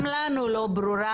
גם לנו לא ברורה,